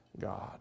God